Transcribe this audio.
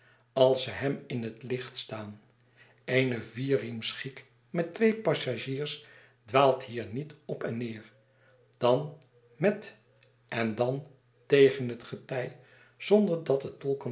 als ze hem in net licht staan eene vierriems giek met twee passagiers dwaalt hier niet op en neer dan met en dan tegen het getij zonder dat het